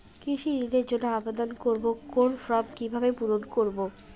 কৃষি ঋণের জন্য আবেদন করব কোন ফর্ম কিভাবে পূরণ করব?